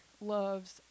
loves